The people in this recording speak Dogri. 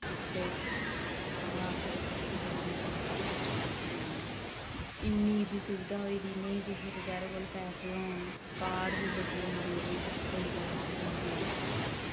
इत्थै अस दो मैंट च हास्पिटल पुज्जी जन्ने इन्नी बी सुविधा होई दी नेईं कुसै बचारे कोल पैसे होन कार्ड बी लग्गी जन्दे कि कोई परेशानी नि आंदी